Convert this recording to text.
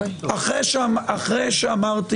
אחרי שאמרתי